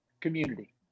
community